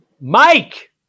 Mike